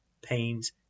pains